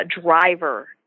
driver